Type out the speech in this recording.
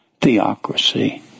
theocracy